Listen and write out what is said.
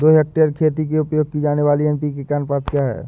दो हेक्टेयर खेती के लिए उपयोग की जाने वाली एन.पी.के का अनुपात क्या है?